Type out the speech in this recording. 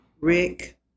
Rick